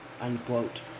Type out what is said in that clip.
unquote